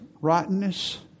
rottenness